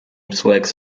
selects